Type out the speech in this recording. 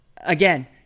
Again